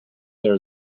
there